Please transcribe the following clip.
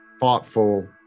thoughtful